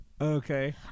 Okay